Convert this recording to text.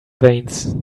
veins